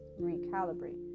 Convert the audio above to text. recalibrate